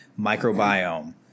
microbiome